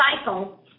cycle